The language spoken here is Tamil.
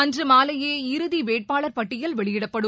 அன்று மாலையே இறுதி வேட்பாளர் பட்டியல் வெளியிடப்படும்